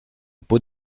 pot